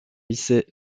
lycée